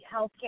healthcare